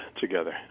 together